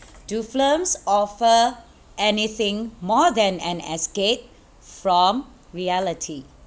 do films offer anything more than an escape from reality